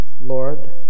Lord